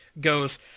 goes